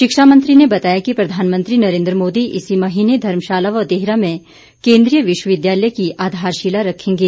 शिक्षा मंत्री ने बताया कि प्रधानमंत्री नरेंद्र मोदी इसी महीने धर्मशाला व देहरा में केंद्रीय विश्वविद्यालय की आधारशिला रखेंगे